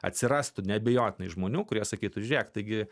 atsirastų neabejotinai žmonių kurie sakytų žiūrėk taigi